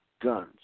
guns